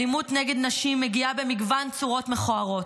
אלימות נגד נשים מגיעה במגוון צורות מכוערות: